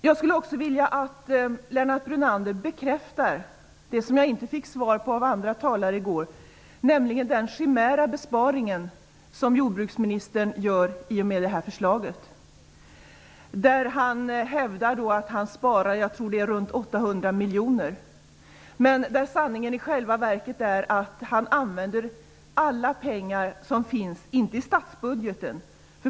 Jag skulle också vilja att Lennart Brunander bekräftar det som jag inte fick svar på av andra talare i går, nämligen att den besparing som jordbruksministern säger sig göra i och med detta förslag är en chimär. Jordbruksministern hävdar att han sparar runt 800 miljoner, tror jag. Men sanningen är i själva verket att han använder alla pengar som finns, inte bara i statsbudgeten.